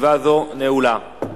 חברי חברי הכנסת, תם סדר-היום.